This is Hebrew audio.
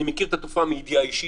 אני מכיר את התופעה מידיעה אישית.